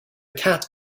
kat